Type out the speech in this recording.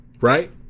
right